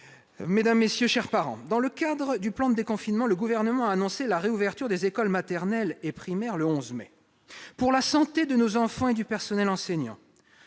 Mesdames, messieurs, chers parents, « Dans le cadre du plan de déconfinement, le Gouvernement a annoncé la réouverture des écoles maternelles et primaires le 11 mai. « Pour la santé de nos enfants et du personnel enseignant,